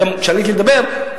גם כשעליתי לדבר,